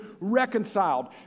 reconciled